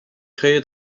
créé